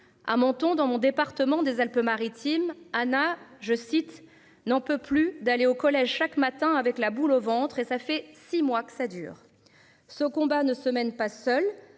à Menton dans mon département des Alpes Maritimes. Anna, je cite, n'en peut plus d'aller au collège chaque matin avec la boule au ventre et ça fait 6 mois que ça dure ce combat ne se mène pas seule.